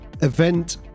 event